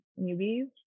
newbies